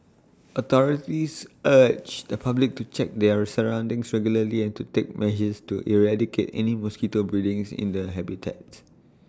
authorities urge the public to check their A surroundings regularly and to take measures to eradicate any mosquito breeding's in the habitats